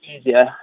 easier